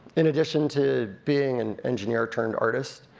in addition to being an engineer-turned-artist,